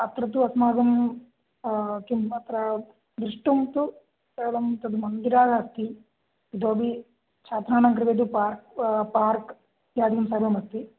अत्र तु अस्माकं किम् अत्र द्रष्टुं तु केवलं तन्मन्दिरम् अस्ति इतोपि छात्राणां कृते तु पार्क् पार्क् इत्यादिकं सर्वम् अस्ति